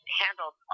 handled